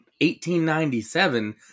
1897